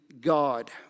God